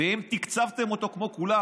אם תקצבתם אותו כמו כולם,